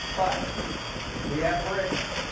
but we have bricks.